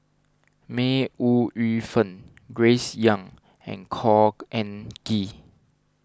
May Ooi Yu Fen Grace Young and Khor Ean Ghee